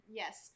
yes